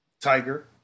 Tiger